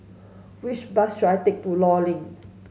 which bus should I take to Law Link